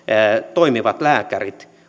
toimivat lääkärit